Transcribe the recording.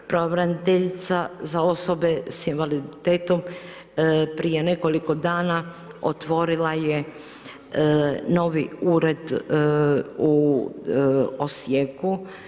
Pravobraniteljica za osobe sa invaliditetom prije nekoliko dana otvorila je novi ured u Osijeku.